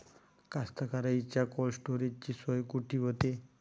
कास्तकाराइच्या कोल्ड स्टोरेजची सोय कुटी होते?